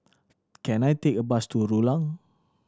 can I take a bus to Rulang